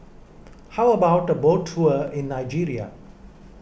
how about a boat tour in Nigeria